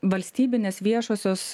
valstybinės viešosios